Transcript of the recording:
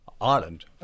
Ireland